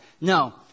No